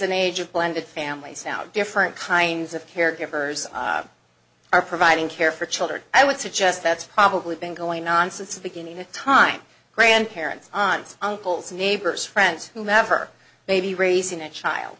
an age of blended families sound different kinds of caregivers are providing care for children i would suggest that's probably been going on since the beginning of time grandparents on uncles neighbors friends whomever may be raising a child